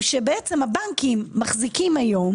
שבעצם הבנקים מחזיקים היום